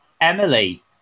Emily